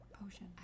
potion